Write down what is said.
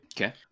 Okay